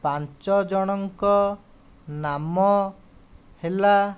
ପାଞ୍ଚ ଜଣଙ୍କ ନାମ ହେଲା